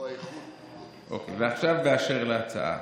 פה האיכות, ועכשיו, אשר להצעה,